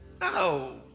no